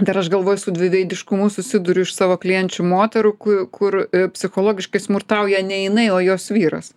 dar aš galvoju su dviveidiškumu susiduriu iš savo klienčių moterų kur psichologiškai smurtauja ne jinai o jos vyras